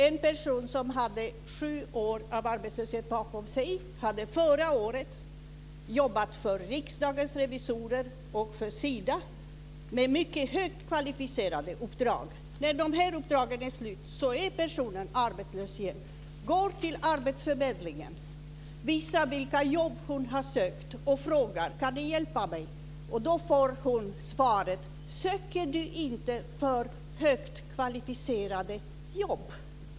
En person med sju år av arbetslöshet bakom sig jobbade förra året för Riksdagens revisorer och för Sida med mycket högt kvalificerade uppdrag. När uppdragen upphörde blev personen arbetslös och gick till arbetsförmedlingen. Hon visade vilka jobb hon hade sökt och frågade: Kan ni hjälpa mig? Då fick hon svaret: Söker du inte för högt kvalificerade jobb?